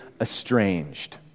estranged